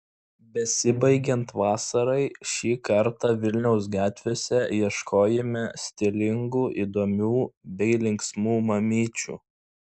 besibaigiant vasarai šį kartą vilniaus gatvėse ieškojime stilingų įdomių bei linksmų mamyčių